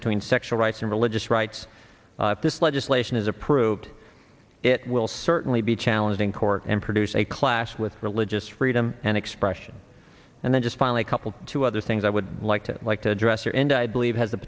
between sexual rights and religious rights if this legislation is approved it will certainly be challenged in court and produce a clash with religious freedom and expression and then just finally a couple two other things i would like to like to address are and i believe has